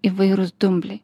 įvairūs dumbliai